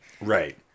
right